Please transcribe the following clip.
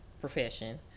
Profession